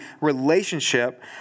relationship